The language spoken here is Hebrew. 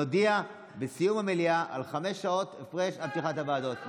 נודיע בסיום המליאה על חמש שעות הפרש עד פתיחת הוועדות.